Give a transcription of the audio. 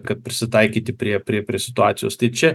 kad prisitaikyti prie prie prie situacijos tai čia